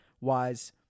wise